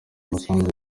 masunzu